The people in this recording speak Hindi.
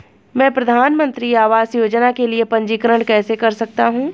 मैं प्रधानमंत्री आवास योजना के लिए पंजीकरण कैसे कर सकता हूं?